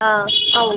ஆ ஆ ஓகே